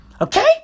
okay